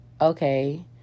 okay